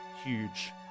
huge